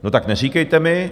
No tak neříkejte mi...